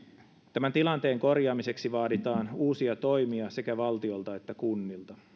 tämän tilanteen korjaamiseksi vaaditaan uusia toimia sekä valtiolta että kunnilta